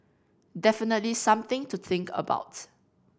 definitely something to think about